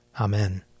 Amen